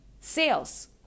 sales